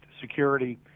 security